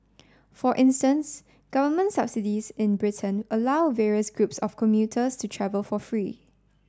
for instance government subsidies in Britain allow various groups of commuters to travel for free